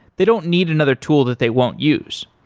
they don't need another tool that they won't use.